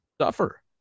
suffer